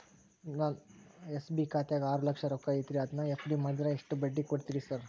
ನನ್ನ ಎಸ್.ಬಿ ಖಾತ್ಯಾಗ ಆರು ಲಕ್ಷ ರೊಕ್ಕ ಐತ್ರಿ ಅದನ್ನ ಎಫ್.ಡಿ ಮಾಡಿದ್ರ ಎಷ್ಟ ಬಡ್ಡಿ ಕೊಡ್ತೇರಿ ಸರ್?